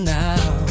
now